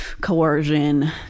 coercion